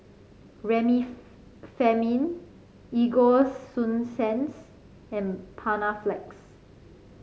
Remifemin Ego Sunsense and Panaflex